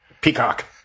Peacock